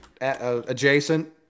adjacent